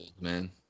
man